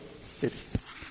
cities